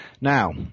Now